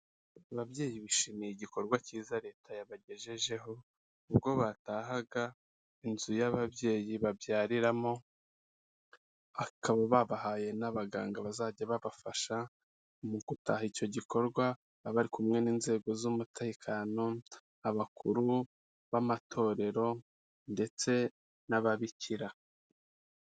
babyeyi bishimiye igikorwa cyiza leta yabagejejeho ubwo batahaga inzu y'ababyeyi babyariramo akaba babahaye n'abaganga bazajya babafasha mu gutaha icyo gikorwa baba bari kumwe n'inzego z'umutekano abakuru b'amatorero ndetse n'ababikira.